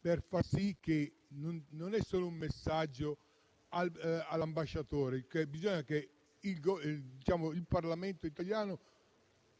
per far sì che non vi sia solo un messaggio all'ambasciatore. Bisogna che il Parlamento italiano